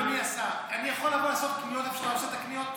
אדוני השר: אני יכול לבוא לעשות קניות במקום שאתה עושה את הקניות?